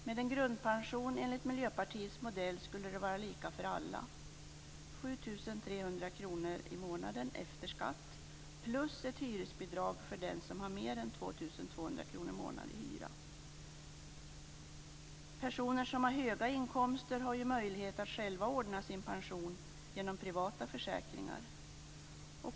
Med en grundpension enligt Miljöpartiets modell skulle det vara lika för alla - 7 300 kr i månaden efter skatt plus ett hyresbidrag för den som har mer än 2 200 kr i månaden i hyra. Personer som har höga inkomster har ju möjlighet att själva ordna sin pension genom privata försäkringar.